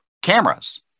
cameras